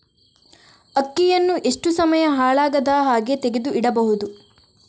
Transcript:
ಅಕ್ಕಿಯನ್ನು ಎಷ್ಟು ಸಮಯ ಹಾಳಾಗದಹಾಗೆ ತೆಗೆದು ಇಡಬಹುದು?